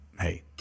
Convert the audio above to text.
hey